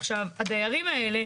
עכשיו הדיירים האלה,